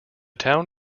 town